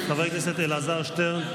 חבר הכנסת אלעזר שטרן,